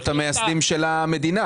-- והאבות המייסדים של המדינה.